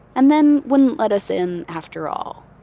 and then wouldn't let us in after all.